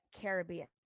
Caribbean